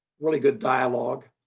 really good dialogue.